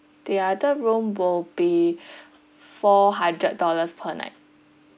the other room will be four hundred dollars per night